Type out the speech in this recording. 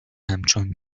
همچون